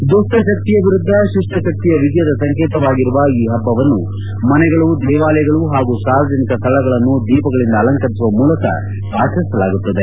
ದುಷ್ಟ ಶಕ್ತಿಯ ವಿರುದ್ದ ಶಿಷ್ಷ ಶಕ್ತಿಯ ವಿಜಯದ ಸಂಕೇತವಾಗಿರುವ ಈ ಹಬ್ಬವನ್ನು ಮನೆಗಳು ದೇವಾಲಯಗಳು ಹಾಗು ಸಾರ್ವಜನಿಕ ಸ್ವಳಗಳನ್ನು ದೀಪಗಳಿಂದ ಅಲಂಕರಿಸುವ ಮೂಲಕ ಆಚರಿಸಲಾಗುತ್ತದೆ